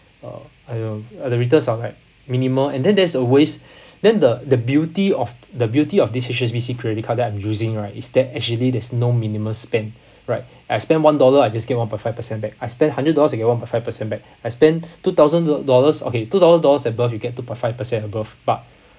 uh I don't know and the returns are like minimal and then that is a waste then the the beauty of the beauty of this H_S_B_C credit card that I'm using right is that actually there's no minimum spend right I spend one dollar I just get one point five percent back I spend hundred dollars I get one point five percent back I spend two thousand do~ dollars okay two dollars dollars above you get two point five percent above but